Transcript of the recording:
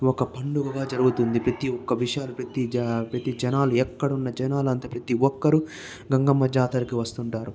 ఒక్క పండుగగా జరుగుతుంది ప్రతి ఒక్క విషయాలు ప్రతి ప్రతి జనాలు ఎక్కడున్నా జనాలు ప్రతి ఒక్కరూ గంగమ్మ జాతరకి వస్తూ ఉంటారు